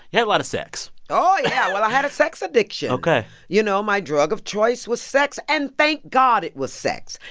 you had a lot of sex oh, yeah. well, i had a sex addiction ok you know, my drug of choice was sex. and thank god it was sex.